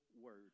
word